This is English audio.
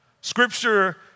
Scripture